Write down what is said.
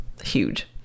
huge